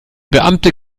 beamte